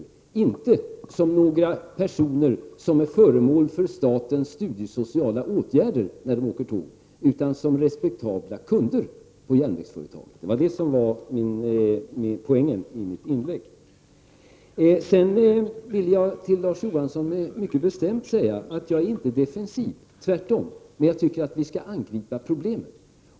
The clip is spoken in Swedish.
De skall inte betraktas som personer som är föremål för statens studiesociala åtgärder när de åker tåg utan som respektabla kunder hos järnvägsföretaget. Det var poängen i mitt inlägg. Till Larz Johansson vill jag mycket bestämt säga att jag inte är defensiv, tvärtom. Men jag tycker att vi skall angripa problemet.